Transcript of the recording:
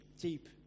deep